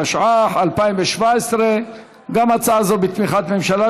התשע"ח 2017. גם הצעה זו בתמיכת ממשלה,